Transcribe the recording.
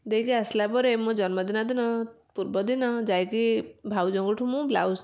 ଦେଇକି ଆସିଲାପରେ ମୋ ଜନ୍ମଦିନ ଦିନ ପୂର୍ବଦିନ ଯାଇକି ଭାଉଜଙ୍କଠୁ ମୁଁ ବ୍ଳାଉଜ